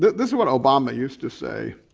this is what obama used to say,